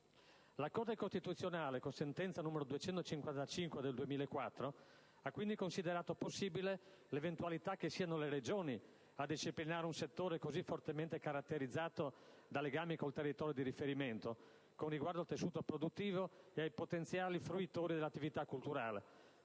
La Corte costituzionale, con la sentenza n. 255 del 2004, ha quindi considerato possibile l'eventualità che siano le Regioni a disciplinare un settore così fortemente caratterizzato da legami con il territorio di riferimento, con riguardo al tessuto produttivo e ai potenziali fruitori dell'attività culturale,